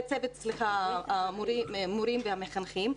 צוות המורים והמחנכים.